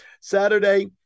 Saturday